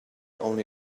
only